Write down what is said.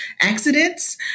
accidents